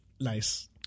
nice